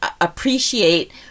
appreciate